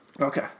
Okay